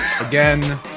again